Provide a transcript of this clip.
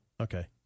Okay